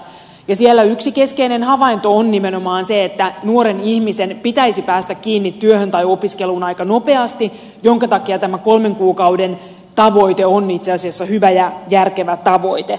siellä yksi keskeinen havainto on nimenomaan se että nuoren ihmisen pitäisi päästä kiinni työhön tai opiskeluun aika nopeasti jonka takia tämä kolmen kuukauden tavoite on itse asiassa hyvä ja järkevä tavoite